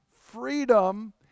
freedom